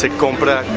like compra